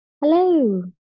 Hello